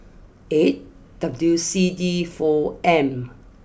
eight W C D four M